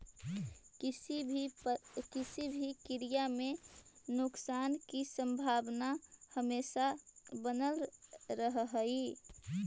किसी भी कार्य में नुकसान की संभावना हमेशा बनल रहअ हई